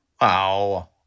Wow